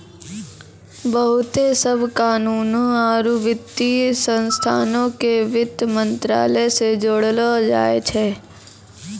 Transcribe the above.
बहुते सभ कानूनो आरु वित्तीय संस्थानो के वित्त मंत्रालय से जोड़लो जाय छै